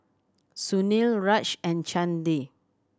Sunil Raj and Chandi